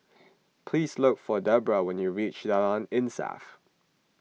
please look for Debbra when you reach Jalan Insaf